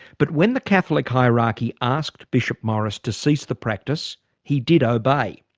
but when the catholic hierarchy asked bishop morris to cease the practice he did obey.